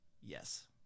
Yes